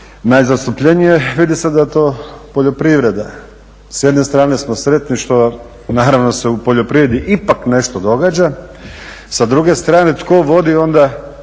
najzastupljenije vidi se da je to poljoprivreda. S jedne strane smo sretni što naravno se u poljoprivredi ipak nešto događa. Sa druge strane tko vodi onda